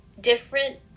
different